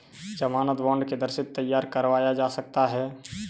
ज़मानत बॉन्ड किधर से तैयार करवाया जा सकता है?